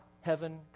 heaven